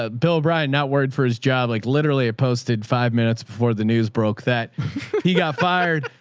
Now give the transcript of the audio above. ah bill brian, not word for his job. like literally it posted five minutes before the news broke that he got fired.